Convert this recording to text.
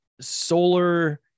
solar